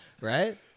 right